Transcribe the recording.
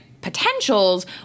potentials